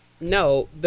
No